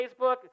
Facebook